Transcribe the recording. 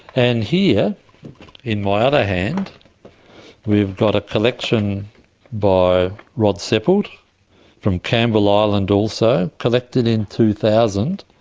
and here in my other hand we've got a collection by rod seppelt from campbell ah island also, collected in two thousand,